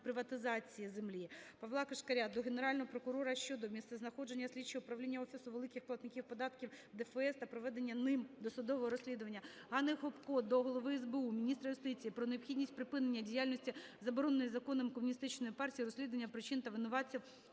приватизації землі. Павла Кишкаря до Генерального прокурора щодо місцезнаходження слідчого управління Офісу великих платників податків ДФС та проведення ним досудового слідства. Ганни Гопко до Голови СБУ, міністра юстиції про необхідність припинення діяльності забороненої законом комуністичної партії, розслідування причин та винуватців